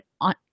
on